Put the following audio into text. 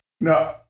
No